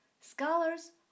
scholars